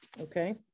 okay